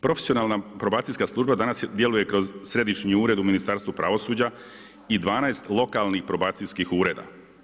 Profesionalna probacijska služba danas djeluje kroz središnji ured u Ministarstvu pravosuđa i 12 lokalnih probacijskih ureda.